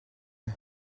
eux